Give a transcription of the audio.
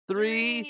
Three